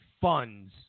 funds